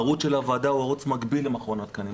הערוץ של הוועדה הוא ערוץ מקביל למכון התקנים.